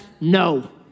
no